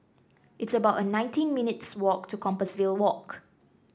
it's about nineteen minutes' walk to Compassvale Walk